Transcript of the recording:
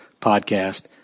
podcast